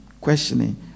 questioning